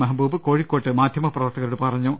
മെഹബൂബ് കോഴിക്കോട്ട് മാധ്യമ പ്രവർ ത്തകരോട് പറഞ്ഞു